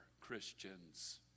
Christians